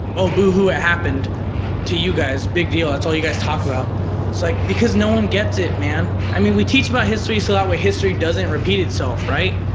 oh boohoo, it happened to you guys, big deal. that's all you guys talk about. it's like because no one gets it, man. i mean we teach about history, so that way history doesn't repeat itself, right?